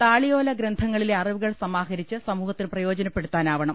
താളിയോല ഗ്രന്ഥങ്ങളിലെ അറിവു കൾ സമാഹരിച്ച് സമൂഹത്തിന് പ്രയോജനപ്പെടുത്താനാവണം